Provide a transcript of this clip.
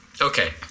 Okay